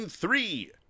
three